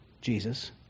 Jesus